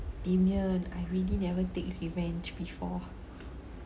damian I really never take revenge before